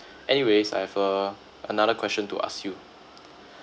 anyways I have a another question to ask you